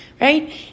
right